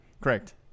Correct